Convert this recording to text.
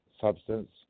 substance